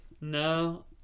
no